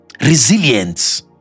Resilience